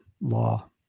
law